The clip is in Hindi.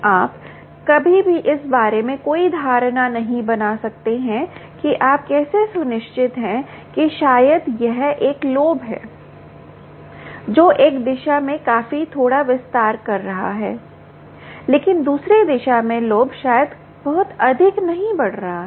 आप कभी भी इस बारे में कोई धारणा नहीं बना सकते हैं कि आप कैसे सुनिश्चित हैं कि शायद यह एक लोब है जो एक दिशा में काफी थोड़ा विस्तार कर रहा है लेकिन दूसरी दिशा में लोब शायद बहुत अधिक नहीं बढ़ रहा है